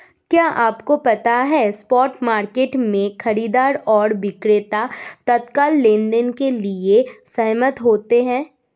क्या आपको पता है स्पॉट मार्केट में, खरीदार और विक्रेता तत्काल लेनदेन के लिए सहमत होते हैं?